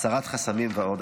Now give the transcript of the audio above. הסרת חסמים ועוד.